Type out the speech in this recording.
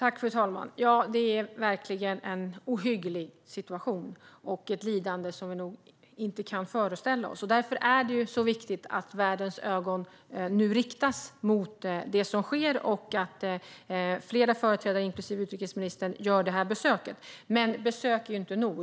Fru talman! Det är verkligen en ohygglig situation och ett lidande som vi nog inte kan föreställa oss. Därför är det viktigt att världens ögon nu riktas mot det som sker och att flera företrädare, inklusive utrikesministern, gör detta besök. Men besök är inte nog.